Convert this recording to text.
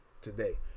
today